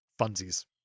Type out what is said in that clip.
funsies